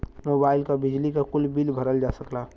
mobile क, बिजली क, कुल बिल भरल जा सकला